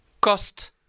cost